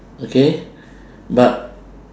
okay but